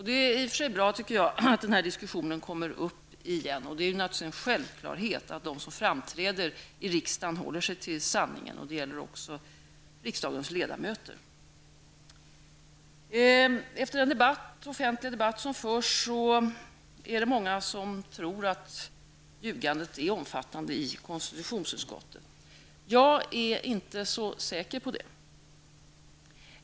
Det är i och för sig bra, tycker jag, att den diskussionen kommer upp igen. Det är naturligtvis en självklarhet att de som framträder i riksdagen håller sig till sanningen. Det gäller också riksdagens ledamöter. Efter den offentliga debatt som förts är det många som tror att ljugandet är omfattande i konstitutionsutskottet. Jag är inte så säker på det.